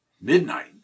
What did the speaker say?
Midnight